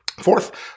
Fourth